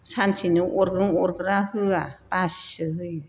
सानसेनो अरग्रं अरग्रा होया बासिसो होयो